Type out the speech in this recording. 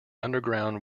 underground